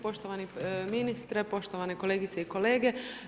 Poštovani ministre, poštovane kolegice i kolege.